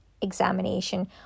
examination